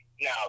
now